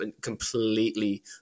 completely